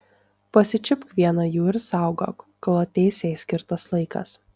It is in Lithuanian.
pasičiupk vieną jų ir saugok kol ateis jai skirtas laikas